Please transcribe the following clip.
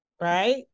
right